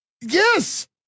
yes